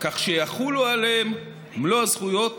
כך שיחולו עליהם מלוא הזכויות